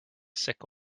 sick